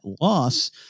loss